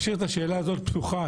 ומשאיר את השאלה הזאת פתוחה.